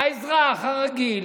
האזרח הרגיל,